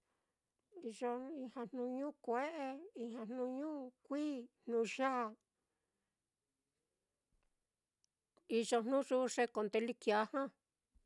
Iyo ijña jnuñu kue'e, ijña jnuñu kuií, jnuyaa, iyo jnu yuxe, te ko nde lɨkɨi kia já.